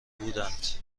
بودند